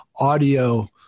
audio